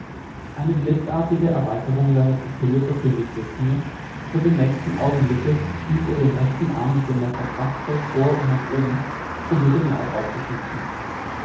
eine blitzartige erweiterung seiner pupille verkündigte es mir und im nächsten augenblicke stieß er den rechten arm mit dem messer kraftvoll vor und nach oben um mir den leib aufzuschlitzen